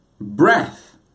breath